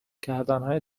کردنهای